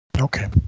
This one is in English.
okay